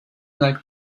like